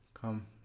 come